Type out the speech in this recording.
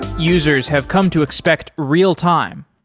users have come to expect real-time.